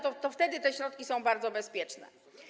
To wtedy te środki są bardzo bezpieczne.